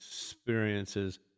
experiences